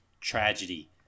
tragedy